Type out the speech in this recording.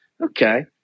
Okay